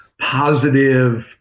positive